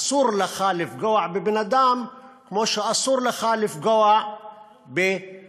אסור לך לפגוע בבן-אדם כמו שאסור לך לפגוע בעץ.